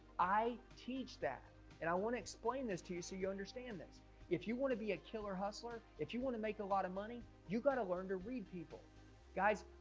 i teach that and i want to explain this to you so you understand this if you want to be a killer hustler if you want to make a lot of money you've got to learn to read people guys.